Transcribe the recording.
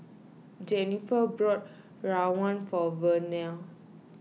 Jenniffer bought rawon for Vernell